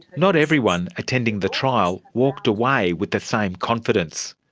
not everyone attending the trial walked away with the same confidence.